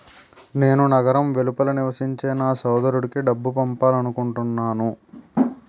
నేను నగరం వెలుపల నివసించే నా సోదరుడికి డబ్బు పంపాలనుకుంటున్నాను